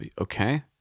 Okay